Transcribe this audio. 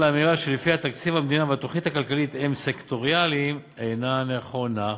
האמירה שתקציב המדינה והתוכנית הכלכלית הם סקטוריאליים אינה נכונה.